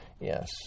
Yes